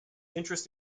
interests